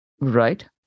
Right